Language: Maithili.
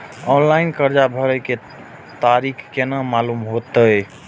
ऑनलाइन कर्जा भरे के तारीख केना मालूम होते?